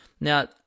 Now